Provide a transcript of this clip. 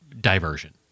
diversion